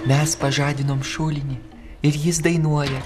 mes pažadinom šulinį ir jis dainuoja